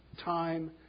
Time